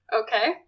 Okay